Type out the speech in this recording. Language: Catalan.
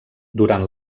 durant